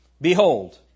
Behold